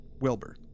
wilbur